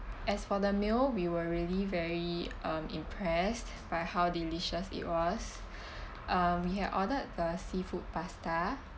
as for the meal we were really very um impressed by how delicious it was um we had ordered the seafood pasta